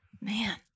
Man